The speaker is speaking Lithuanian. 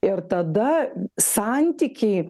ir tada santykiai